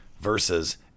Versus